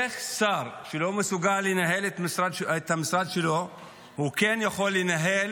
איך שר שלא מסוגל לנהל את המשרד שלו כן יכול לנהל